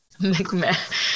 McMahon